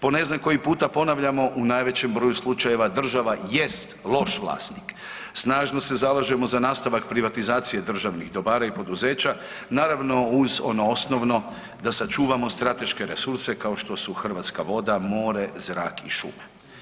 Po ne znam koji puta ponavljamo u najvećem broju slučajeva država jest loš vlasnik, snažno se zalažemo za nastavak privatizacije državnih dobara i poduzeća, naravno uz ono osnovno da sačuvamo strateške resurse kao što su hrvatska voda, more, zrak i šume.